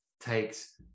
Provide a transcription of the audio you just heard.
takes